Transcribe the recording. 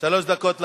שלוש דקות לאדוני.